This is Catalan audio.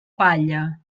palla